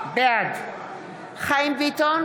בעד חיים ביטון,